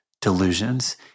delusions